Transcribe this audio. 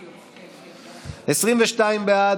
2(א)(5).